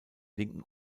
linken